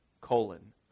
colon